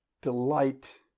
delight